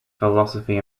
philosophy